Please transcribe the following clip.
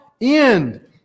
end